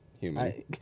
human